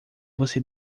você